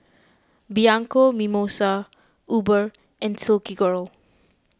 Bianco Mimosa Uber and Silkygirl